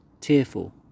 tearful